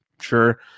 Sure